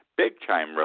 big-time